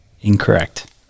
Incorrect